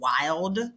wild